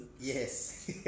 yes